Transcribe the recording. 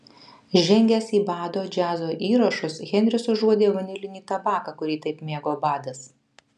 žengęs į bado džiazo įrašus henris užuodė vanilinį tabaką kurį taip mėgo badas